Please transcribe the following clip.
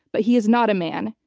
but he is not a man.